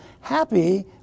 happy